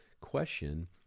question